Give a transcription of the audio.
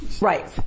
Right